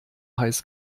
heiß